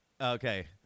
Okay